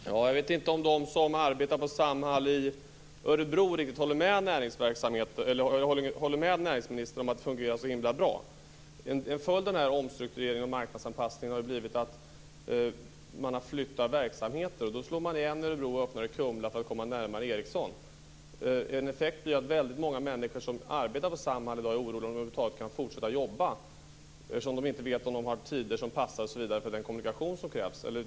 Fru talman! Jag vet inte om de som arbetar på Samhall i Örebro håller med näringsministern om att det fungerar så bra. En följd av den här omstruktureringen och marknadsanpassningen har ju blivit att man flyttar verksamheter. Man slår igen i Örebro och öppnar i Kumla för att komma närmare Ericsson. En effekt blir att många människor som arbetar på Samhall i dag är oroliga över om de över huvud taget ska kunna fortsätta att jobba, eftersom de t.ex. inte vet om arbetstiderna passar med den kommunikation som krävs.